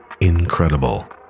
incredible